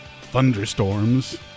thunderstorms